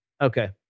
Okay